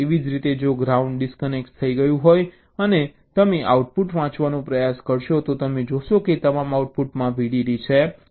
એવી જ રીતે જો ગ્રાઉન્ડ ડિસ્કનેક્ટ થઈ ગયું હોય અને તમે આઉટપુટ વાંચવાનો પ્રયાસ કરશો તો તમે જોશો કે તમામ આઉટપુટમાં VDD છે જેનો અર્થ તમામ 1 છે